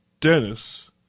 Dennis